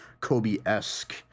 Kobe-esque